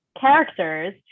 characters